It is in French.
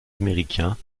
américain